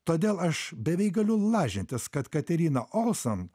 todėl aš beveik galiu lažintis kad katerina olson